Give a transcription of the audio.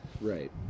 Right